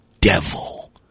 devil